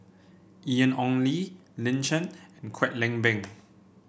Ian Ong Li Lin Chen Kwek Leng Beng